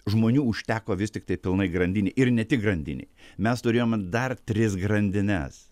žmonių užteko vis tiktai pilnai grandinei ir ne tik grandinei mes turėjome dar tris grandines